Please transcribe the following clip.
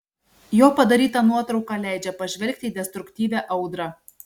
jo padaryta nuotrauka leidžia pažvelgti į destruktyvią audrą